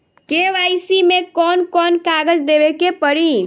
KYC मे कौन कौन कागज देवे के पड़ी?